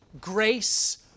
grace